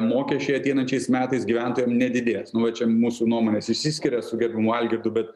mokesčiai ateinančiais metais gyventojam nedidės nu va čia mūsų nuomonės išsiskiria su gerbiamu algirdu bet